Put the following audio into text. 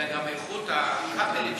אלא גם איכות הכבלים שנמכרים,